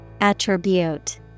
Attribute